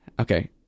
Okay